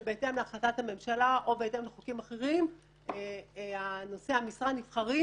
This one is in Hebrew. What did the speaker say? שבהתאם להחלטת הממשלה או בהתאם לחוקים אחרים נושאי המשרה נבחרים